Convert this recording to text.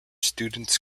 students